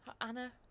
Anna